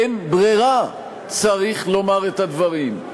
אין ברירה, צריך לומר את הדברים.